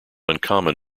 uncommon